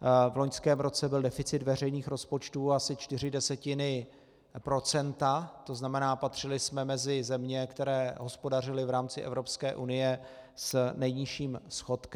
V loňském roce byl deficit veřejných rozpočtů asi čtyři desetiny procenta, to znamená, patřili jsme mezi země, které hospodařily v rámci Evropské unie s nejnižším schodkem.